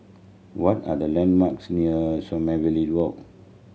what are the landmarks near Sommerville Walk